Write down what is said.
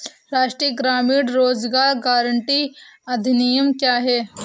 राष्ट्रीय ग्रामीण रोज़गार गारंटी अधिनियम क्या है?